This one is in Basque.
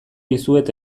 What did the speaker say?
dizuet